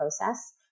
process